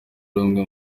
rumwe